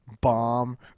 bomb